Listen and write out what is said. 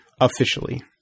Officially